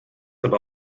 aber